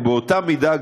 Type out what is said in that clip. ובאותה מידה,